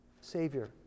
Savior